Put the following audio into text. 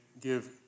give